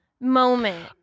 moment